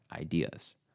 ideas